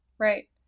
Right